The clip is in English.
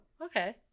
okay